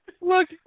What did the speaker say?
look